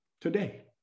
today